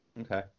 Okay